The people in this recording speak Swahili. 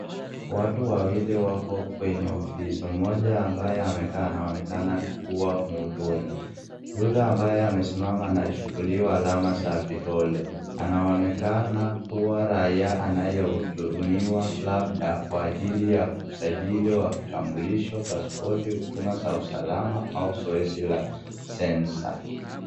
Watu wawili wako kwenye ofisi moja. Ambaye amekaa anaonekana kuwa mhudumu, yule ambaye amesimama anachukuliwa alama za vidole anaonekana kuwa raia anayehudumiwa labda kwa ajili ya kusajiliwa kitambulusho, pasipoti, huduma za usalama au zoezi la sensa.